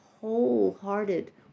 wholehearted